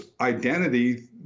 identity